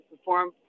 perform